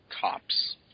cops